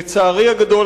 לצערי הגדול,